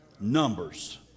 numbers